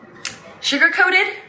sugarcoated